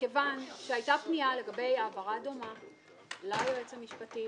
מכיוון שהייתה פנייה לגבי העברה דומה ליועץ המשפטי,